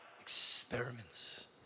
experiments